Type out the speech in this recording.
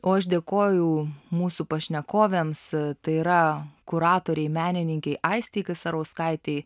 o aš dėkoju mūsų pašnekovėms tai yra kuratoriai menininkei aistei kisarauskaitei